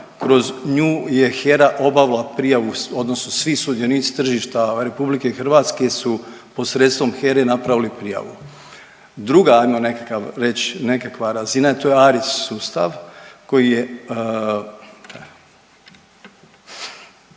kroz nju je HERA obavila prijavu odnosno svi sudionici tržišta RH su posredstvom HERE napravili prijavu. Druga ajmo nekakav reć, nekakva razina je to je ARIS sustav koji je